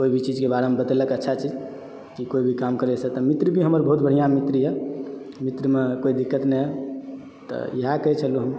कोई भी चीजके बारेमे बतेलक अच्छा चीज जे कोई भी काम करैसँ तऽ मित्र भी हमर बहुत बढ़िआँ मित्र यऽ मित्रमे कोई दिक्कत नहि तऽ इहै कहै छलहुँ